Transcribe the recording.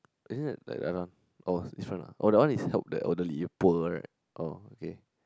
isn't it like the other one or this one lah oh that one is help the elderly poor right oh okay